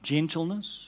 Gentleness